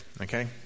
okay